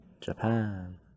japan